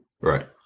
Right